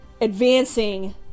advancing